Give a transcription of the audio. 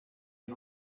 est